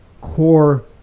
core